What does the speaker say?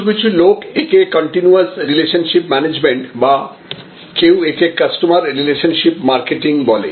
কিছু কিছু লোক একে কন্টিনিউয়াস রিলেশনশিপ ম্যানেজমেন্ট বা কেউ একে কাস্টমার রিলেশনশিপ মার্কেটিং বলে